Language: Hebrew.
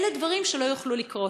אלה דברים שלא יוכלו לקרות.